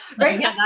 right